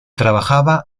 trabajaba